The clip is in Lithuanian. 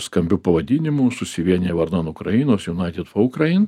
skambiu pavadinimu susivieniję vardan ukrainos united for ukraine